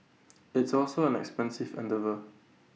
it's also an expensive endeavour